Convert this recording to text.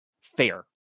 fair